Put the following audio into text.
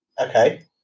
okay